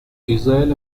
israel